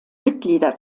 mitglieder